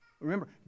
Remember